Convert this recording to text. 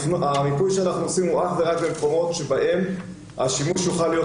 המיפוי שאנחנו עושים הוא אך ורק למקומות שבהם השימוש יוכל להיות